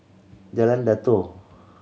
Jalan Datoh